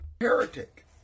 Heretic